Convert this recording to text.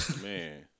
Man